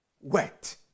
wet